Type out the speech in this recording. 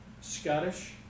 Scottish